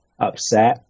upset